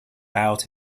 bowed